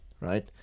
right